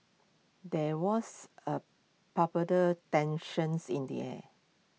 there was A palpable tensions in the air